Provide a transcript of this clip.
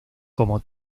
como